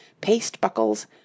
paste-buckles